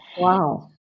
Wow